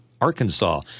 Arkansas